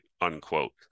unquote